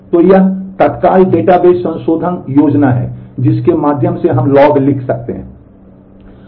तो यह तत्काल डेटाबेस संशोधन योजना है जिसके माध्यम से हम लॉग लिख सकते हैं